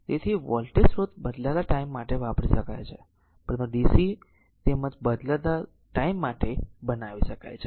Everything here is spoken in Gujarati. તેથી વોલ્ટેજ સ્ત્રોત બદલાતા ટાઈમ માટે વાપરી શકાય છે પરંતુ DC તેમજ બદલાતા ટાઈમ માટે બનાવી શકાય છે